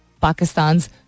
Pakistan's